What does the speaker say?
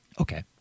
Okay